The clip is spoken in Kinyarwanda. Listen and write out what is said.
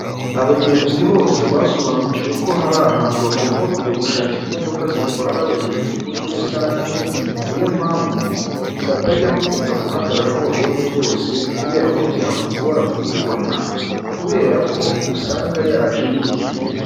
Abagenzi bose, basobanukiwe ko hari ahantu bagomba kujya gushakira imodoka zitwara abagenzi mu buryo rusange, niyo mpamvu, batajya bakunda guhagarara aho babonye bose, kubera ko byakugora kuyibona, kubera ko usanga yaje yuzuye.